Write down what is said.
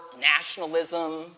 nationalism